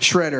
shredder